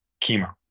chemo